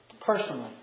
personally